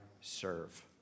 serve